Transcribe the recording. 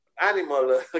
animal